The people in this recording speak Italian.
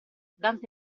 dante